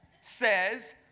says